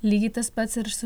lygiai tas pats ir su